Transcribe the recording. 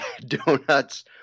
donuts